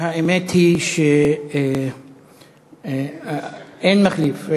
האמת היא, שאין מחליף.